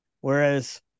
whereas